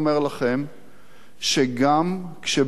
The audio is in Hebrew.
שגם כשבמידה מסוימת,